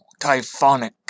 Typhonic